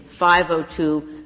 502